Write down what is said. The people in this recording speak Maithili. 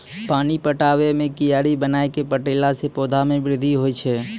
पानी पटाबै मे कियारी बनाय कै पठैला से पौधा मे बृद्धि होय छै?